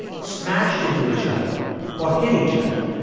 smashed into each other or hit each other?